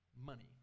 money